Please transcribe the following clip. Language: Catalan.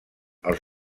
els